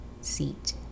seat